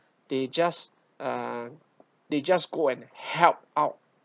they just uh they just go and help out